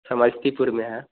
समस्तीपुर में है